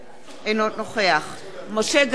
אינו נוכח משה גפני,